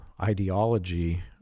ideology